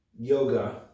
Yoga